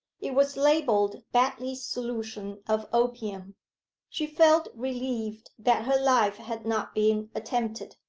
it was labelled battley's solution of opium she felt relieved that her life had not been attempted.